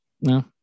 No